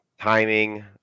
timing